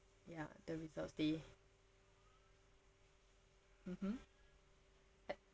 ya the results day mmhmm